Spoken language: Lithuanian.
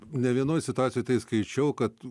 ne vienoj situacijoj tai skaičiau kad